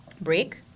Break